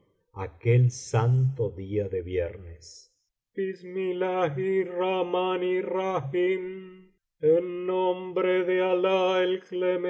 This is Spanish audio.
aquel santo día de viernes